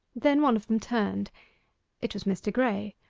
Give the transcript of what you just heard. then one of them turned it was mr. graye.